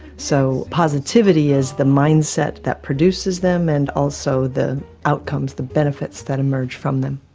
so positivity is the mindset that produces them, and also the outcomes, the benefits that emerge from them.